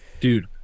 Dude